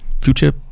future